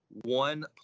one